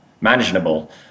manageable